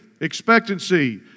expectancy